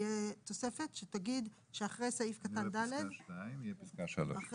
תהיה תוספת שתגיד אחרי סעיף קטן (ד) יבוא,